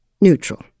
neutral